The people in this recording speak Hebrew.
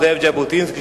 זאב ז'בוטינסקי,